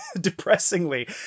depressingly